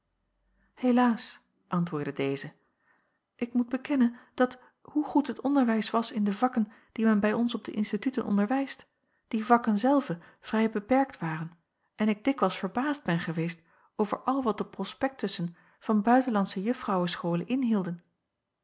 helaas antwoordde deze ik moet bekennen dat hoe goed het onderwijs was in de vakken die men bij ons op de instituten onderwijst die vakken zelve vrij beperkt waren en ik dikwijls verbaasd ben geweest over al wat de prospektussen van buitenlandsche juffrouwescholen inhielden